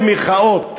במירכאות,